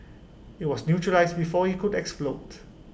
IT was neutralised before IT could explode